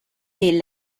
des